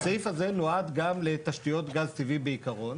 הסעיף הזה נועד גם לתשתיות גז טבעי בעיקרון.